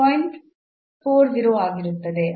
40 ಆಗಿರುತ್ತದೆ